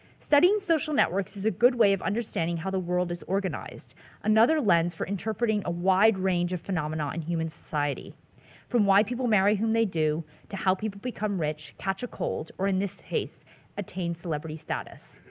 studying social networks is a good way of understanding how the world is organized another lens for interpreting a wide range of phenomena in human society from why people marry who they do to how people become rich, catch a cold, or in this case attain celebrity status.